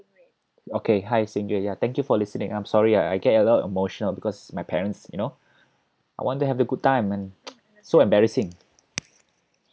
okay hi sing rui ya thank you for listening I'm sorry I I get a lot emotional because my parents you know I want them to have a good time and so embarrassing